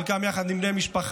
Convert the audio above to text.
חלקם יחד עם בני משפחה,